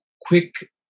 quick